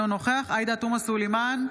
אינו נוכח עאידה תומא סלימאן,